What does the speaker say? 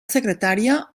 secretaria